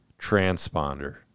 transponder